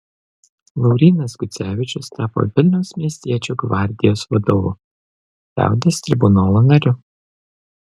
laurynas gucevičius tapo vilniaus miestiečių gvardijos vadovu liaudies tribunolo nariu